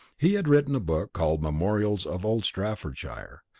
he had written a book called memorials of old staffordshire,